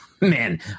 man